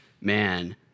man